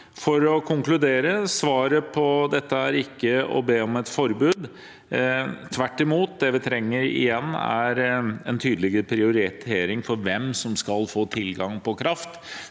For å konkludere: Svaret på dette er ikke å be om et forbud. Tvert imot trenger vi en tydeligere prioritering av hvem som skal få tilgang på kraft,